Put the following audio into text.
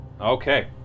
Okay